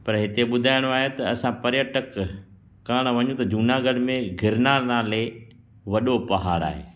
पर हिते ॿुधाइणो आहे त असां पर्यटक करणु वञूं त जूनागढ़ में गिरनार नाले वॾो पहाड़ आहे